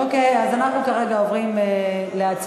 אוקיי, אז אנחנו כרגע עוברים להצבעה.